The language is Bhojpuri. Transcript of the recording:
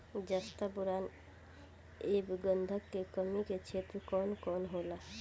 जस्ता बोरान ऐब गंधक के कमी के क्षेत्र कौन कौनहोला?